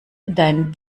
dein